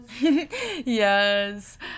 Yes